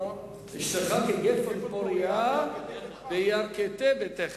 ההמשך הוא: אשתך כגפן פורייה, בירכתי ביתך.